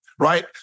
Right